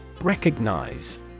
Recognize